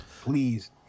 Please